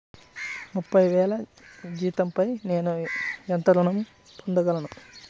ముప్పై వేల జీతంపై నేను ఎంత గృహ ఋణం పొందగలను?